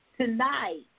tonight